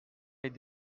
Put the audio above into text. les